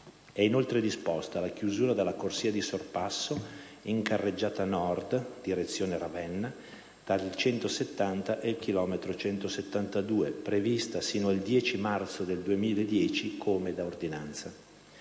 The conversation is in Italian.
È inoltre disposta la chiusura della corsia di sorpasso in carreggiata Nord (direzione Ravenna) tra il chilometro 170+200 e il chilometro 172+250, prevista sino al 10 marzo 2010 come da ordinanze.